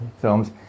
films